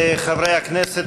חברי הכנסת,